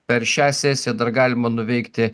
per šią sesiją dar galima nuveikti